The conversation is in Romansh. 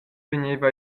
vegneva